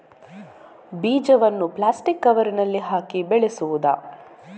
ಬೀಜವನ್ನು ಪ್ಲಾಸ್ಟಿಕ್ ಕವರಿನಲ್ಲಿ ಹಾಕಿ ಬೆಳೆಸುವುದಾ?